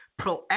proactive